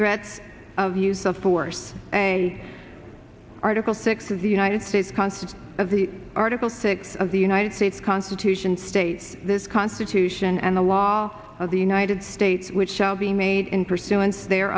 threats of use of force a article six is the united states concept of the article six of the united states constitution states this constitution and the law of the united states which shall be made in pursuance the